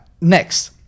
next